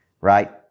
right